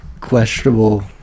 questionable